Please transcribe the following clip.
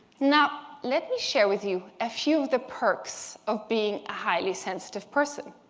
now, let me share with you a few of the perks of being a highly sensitive person.